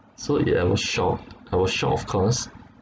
so it I was shocked I was shocked of course